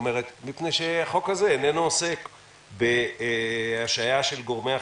מפני שהחוק הזה איננו עוסק השעיה של גורמי אכיפה.